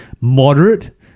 Moderate